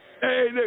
Hey